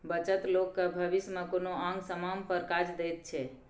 बचत लोक केँ भबिस मे कोनो आंग समांग पर काज दैत छै